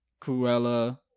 cruella